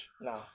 no